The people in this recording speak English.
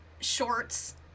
shorts